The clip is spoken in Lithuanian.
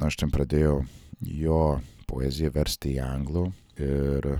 aš ten pradėjau jo poeziją versti į anglų ir